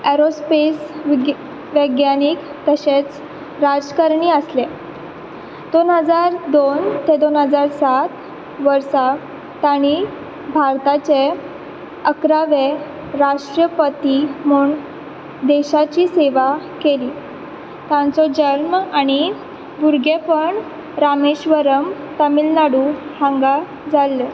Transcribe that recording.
aerospace विज्ञे वैज्ञानीक तशेंच राजकरणी आसले दोन हजार दोन ते दोन हजार सात वर्सा तांणी भारताचे अकरावे राष्ट्रपती म्हण देशाची सेवा केली तांचो जल्म आनी भुरगेपण रामेश्वरम तमिलनाडू हांगा जाल्लें